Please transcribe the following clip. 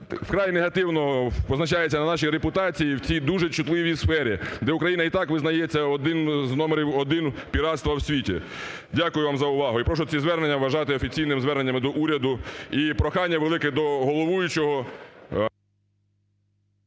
вкрай негативно позначається на нашій репутації в цій дуже чутливій сфері, де Україна і так визнається одним, із номерів один піратства у світі. Дякую вам за увагу і прошу ці звернення вважати офіційними зверненнями до уряду. І прохання велике до головуючого…